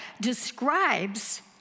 describes